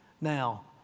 now